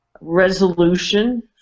resolution